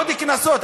עוד קנסות.